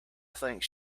think